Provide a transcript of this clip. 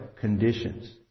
conditions